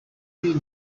queens